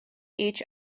each